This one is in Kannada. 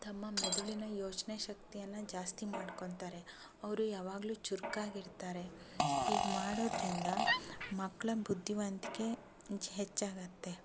ತಮ್ಮ ಮೆದುಳಿನ ಯೋಚನೆ ಶಕ್ತಿಯನ್ನು ಜಾಸ್ತಿ ಮಾಡ್ಕೊತಾರೆ ಅವರು ಯಾವಾಗಲೂ ಚುರುಕಾಗಿರ್ತಾರೆ ಹೀಗೆ ಮಾಡೋದ್ರಿಂದ ಮಕ್ಕಳ ಬುದ್ಧಿವಂತಿಕೆ ಹೆಚ್ಚಾಗತ್ತೆ